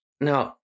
Now